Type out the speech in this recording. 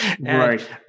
Right